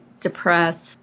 depressed